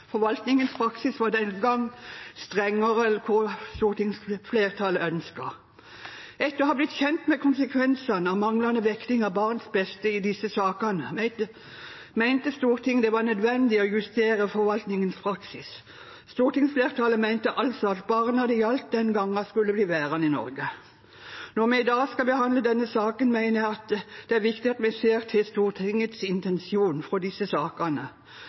Forvaltningens praksis var den gang strengere enn hva stortingsflertallet ønsket. Etter å ha blitt kjent med konsekvensene av manglende vekting av barns beste i disse sakene, mente Stortinget det var nødvendig å justere forvaltningens praksis. Stortingsflertallet mente altså at barna det gjaldt den gangen, skulle bli værende i Norge. Når vi i dag skal behandle denne saken, mener jeg det er viktig at vi ser til Stortingets intensjon for disse sakene.